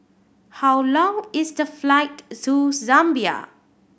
how long is the flight to Zambia